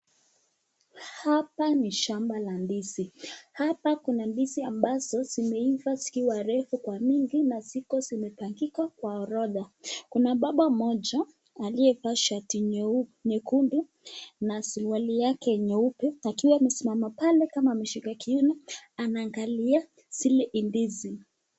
Hapa ni shamba la ndizi. Hapa kuna ndizi ambazo zimeiva zikiwa refu kwa mingi na ziko zimepangika kwa orodha. Kuna baba mmoja aliye vaa shati nyekundu na suruali yake nyeupe akiwa amesimama pale kama ameshika kiuno. Anaangalia zile ndizi.